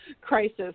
crisis